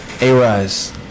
A-Rise